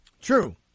True